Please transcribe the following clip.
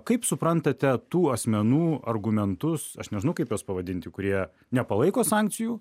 kaip suprantate tų asmenų argumentus aš nežinau kaip juos pavadinti kurie nepalaiko sankcijų